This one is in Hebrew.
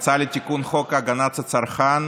רבותיי, הצעה לתיקון חוק הגנת הצרכן,